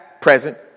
present